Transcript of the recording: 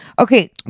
Okay